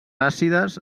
àcides